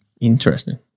Interesting